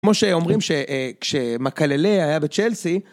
כמו שאומרים שכשמאקללה היה בצ'לסי